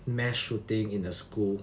mass shooting in the school